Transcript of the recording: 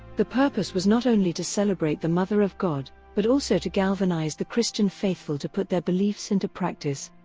the purpose was not only to celebrate the mother of god but also to galvanized the christian faithful to put their beliefs into practice.